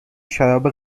شراب